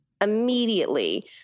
immediately